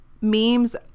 memes